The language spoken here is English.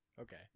Okay